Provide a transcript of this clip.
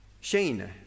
Shane